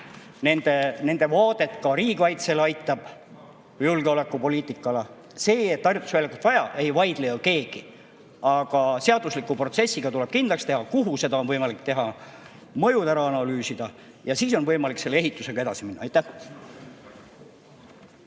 nende vaadet riigikaitsele või julgeolekupoliitikale. Selle vastu, et harjutusväljakut on vaja, ei vaidle ju keegi. Aga seadusliku protsessiga tuleb kindlaks teha, kuhu seda on võimalik teha, mõjud ära analüüsida ja siis on võimalik selle ehitusega edasi minna. Aitäh!